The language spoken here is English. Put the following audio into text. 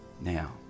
Now